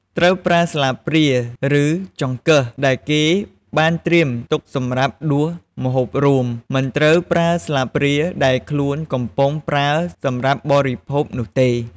ត្រូវប្រើស្លាបព្រា ឬចង្កឹះដែលគេបានត្រៀមទុកសម្រាប់ដួសម្ហូបរួម មិនត្រូវប្រើស្លាបព្រាដែលខ្លួនកំពុងប្រើសម្រាប់បរិភោគនោះទេ។